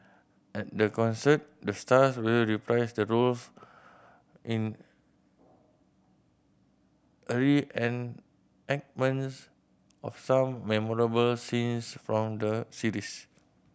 at the concert the stars will reprise the roles in of some memorable scene from the series